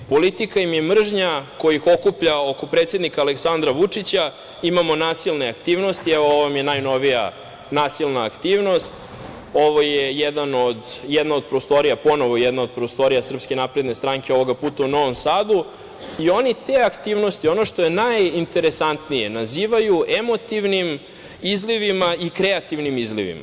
Politika im je mržnja koja ih okuplja oko predsednika Aleksandra Vučića, imamo nasilne aktivnosti, evo, ovo vam je najnovija nasilna aktivnost, ovo je jedna od prostorija, ponovo jedna od prostorija SNS ovoga puta u Novom Sadu i oni te aktivnosti, ono što je najinteresantnije, nazivaju emotivnim izlivima i kreativnim izlivima.